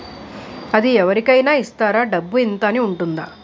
అది అవరి కేనా ఇస్తారా? డబ్బు ఇంత అని ఉంటుందా?